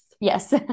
yes